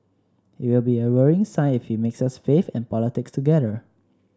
it will be a worrying sign if he mixes faith and politics together